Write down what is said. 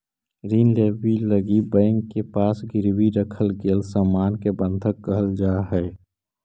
ऋण लेवे लगी बैंक के पास गिरवी रखल गेल सामान के बंधक कहल जाऽ हई